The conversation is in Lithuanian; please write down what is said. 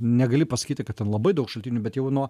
negali pasakyti kad ten labai daug šaltinių bet jau nuo